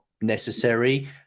necessary